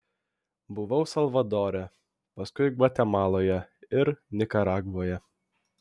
buvau salvadore paskui gvatemaloje ir nikaragvoje